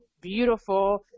beautiful